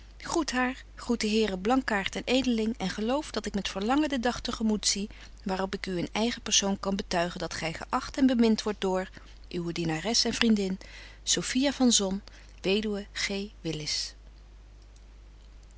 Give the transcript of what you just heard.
de heren blankaart en edeling en geloof dat ik met verlangen den dag te gemoet zie waarop ik u in eigen persoon kan betuigen dat gy geacht en bemint wordt door uwe dienares en vriendin s